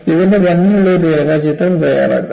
ഇതിന്റെ ഭംഗിയുള്ള ഒരു രേഖാചിത്രം തയ്യാറാക്കുക